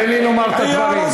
תן לי לומר את הדברים.